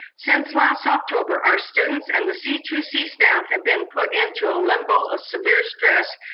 since last october, our students and the c two c staff have been put into a limbo of severe stress,